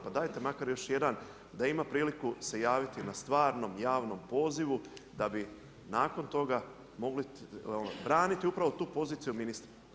Pa dajte makar još jedan da ima priliku se javiti na stvarnom javnom pozivu da bi nakon toga mogli braniti upravo tu poziciju ministra.